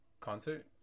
concert